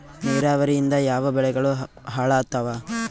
ನಿರಾವರಿಯಿಂದ ಯಾವ ಬೆಳೆಗಳು ಹಾಳಾತ್ತಾವ?